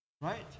right